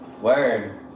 Word